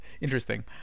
interesting